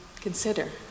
consider